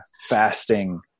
fasting